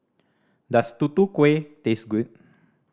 does Tutu Kueh taste good